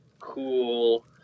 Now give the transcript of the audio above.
cool